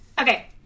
Okay